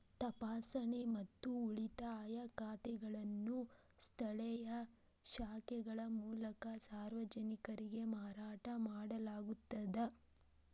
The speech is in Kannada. ತಪಾಸಣೆ ಮತ್ತು ಉಳಿತಾಯ ಖಾತೆಗಳನ್ನು ಸ್ಥಳೇಯ ಶಾಖೆಗಳ ಮೂಲಕ ಸಾರ್ವಜನಿಕರಿಗೆ ಮಾರಾಟ ಮಾಡಲಾಗುತ್ತದ